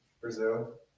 Brazil